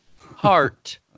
Heart